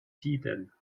tiden